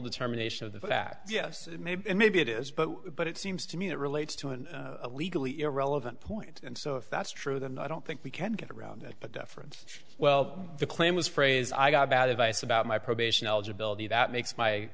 determination of the fact yes maybe maybe it is but but it seems to me that relates to a legally irrelevant point and so if that's true then i don't think we can get around that but deference well the claim was phrase i got bad advice about my probation eligibility that makes my